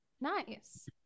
Nice